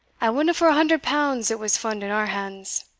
i wadna for a hundred pounds it was fund in our hands.